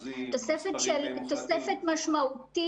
תוספת משמעותית.